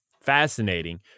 fascinating